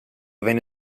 venne